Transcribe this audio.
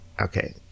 okay